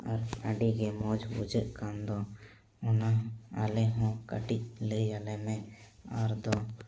ᱟᱨ ᱟᱹᱰᱤᱜᱮ ᱢᱚᱡᱽ ᱵᱩᱡᱷᱟᱹᱜ ᱠᱟᱱ ᱫᱚ ᱚᱱᱟ ᱟᱞᱮᱦᱚᱸ ᱠᱟᱹᱴᱤᱡ ᱞᱟᱹᱭ ᱟᱞᱮᱢᱮ ᱟᱨᱫᱚ